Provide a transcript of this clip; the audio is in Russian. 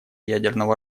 ядерного